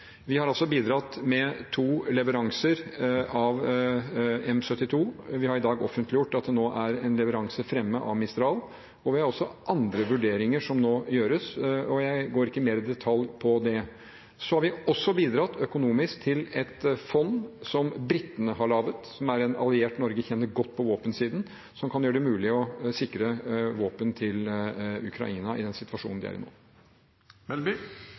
Vi har altså bidratt med to leveranser av M72. Vi har i dag offentliggjort at det nå er en leveranse framme av Mistral luftvern. Vi gjør nå også andre vurderinger. Jeg går ikke mer i detalj om det. Vi har også bidratt økonomisk til et fond som britene har lagd, som er en alliert Norge kjenner godt på våpensiden, som kan gjøre det mulig å sikre våpen til Ukraina i den situasjonen de er i nå.